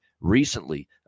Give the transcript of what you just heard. recently